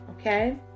okay